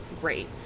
great